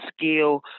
skill